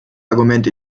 argument